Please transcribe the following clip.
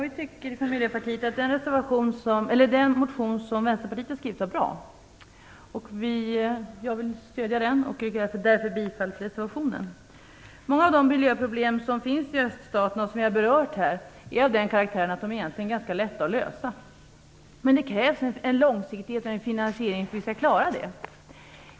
Fru talman! Vi i Miljöpartiet tycker att den motion som Vänsterpartiet har skrivit är bra. Jag vill stödja den och yrkar därför bifall till reservationen. Många av de miljöproblem som finns i öststaterna och som vi har berört här är av den karaktären att de egentligen är ganska lätta att lösa. Men det krävs en långsiktighet och en finansiering för att vi skall klara det.